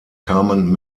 kamen